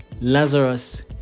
Lazarus